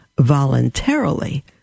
voluntarily